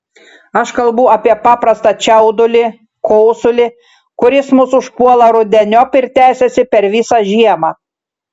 aš kalbu apie paprastą čiaudulį kosulį kuris mus užpuola rudeniop ir tęsiasi per visą žiemą